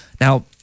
now